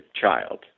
child